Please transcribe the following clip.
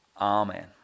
Amen